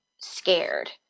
scared